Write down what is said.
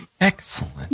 Excellent